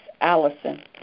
Allison